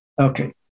Okay